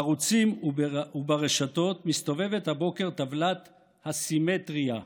בערוצים וברשתות מסתובבת הבוקר טבלת ה"סימטריה",